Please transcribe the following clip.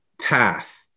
path